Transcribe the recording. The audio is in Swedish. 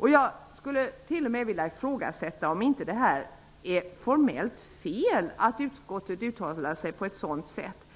Jag skulle t.o.m. vilja ifrågasätta om det inte är formellt fel att utskottet uttalar sig på ett sådant sätt.